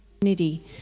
community